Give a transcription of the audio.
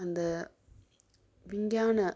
அந்த விஞ்ஞான